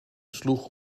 sloeg